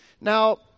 Now